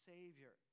Savior